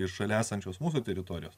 ir šalia esančios mūsų teritorijos